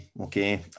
Okay